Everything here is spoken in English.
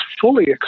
fully